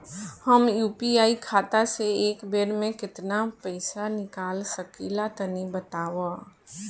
हम यू.पी.आई खाता से एक बेर म केतना पइसा निकाल सकिला तनि बतावा?